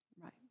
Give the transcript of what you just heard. Right